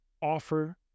offer